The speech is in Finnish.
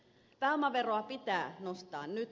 pääomaveroa pitää nostaa nyt